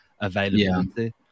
availability